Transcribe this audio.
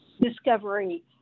discovery